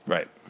Right